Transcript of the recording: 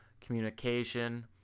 communication